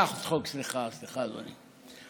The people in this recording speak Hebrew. הצעת חוק, סליחה, סליחה, אדוני.